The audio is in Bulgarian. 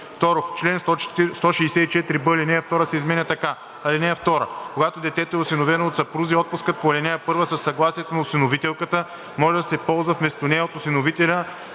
В чл. 164б ал. 2 се изменя така: „(2) Когато детето е осиновено от съпрузи, отпускът по ал. 1 със съгласието на осиновителката може да се ползва вместо нея от осиновителя